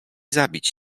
zabić